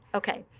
ok.